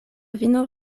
vino